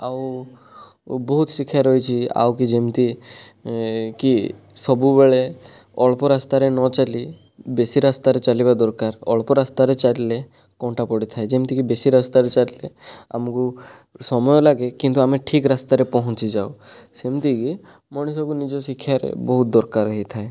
ଆଉ ବହୁତ ଶିକ୍ଷା ରହିଛି ଆଉ କି ଯେମିତି କି ସବୁବେଳେ ଅଳ୍ପ ରାସ୍ତାରେ ନ ଚାଲି ବେଶୀ ରାସ୍ତାରେ ଚାଲିବା ଦରକାର ଅଳ୍ପ ରାସ୍ତାରେ ଚାଲିଲେ କଣ୍ଟା ପଡ଼ିଥାଏ ଯେମିତିକି ବେଶୀ ରାସ୍ତାରେ ଚାଲିଲେ ଆମକୁ ସମୟ ଲାଗେ କିନ୍ତୁ ଆମେ ଠିକ ରାସ୍ତାରେ ପହଞ୍ଚିଯାଉ ସେମିତିକି ମଣିଷକୁ ନିଜ ଶିକ୍ଷାରେ ବହୁତ ଦରକାର ହୋଇଥାଏ